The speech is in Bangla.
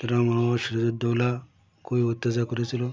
সিরাজউদ্দৌল্লা কই অত্যাচার করেছিল